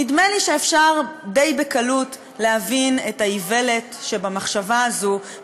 נדמה לי שאפשר די בקלות להבין את האיוולת שבמחשבה הזאת.